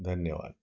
धन्यवाद